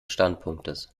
standpunktes